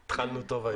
התחלנו טוב היום.